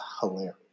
hilarious